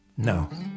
No